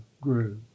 grew